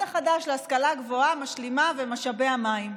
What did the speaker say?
החדש להשכלה הגבוהה ומשלימה ומשאבי המים.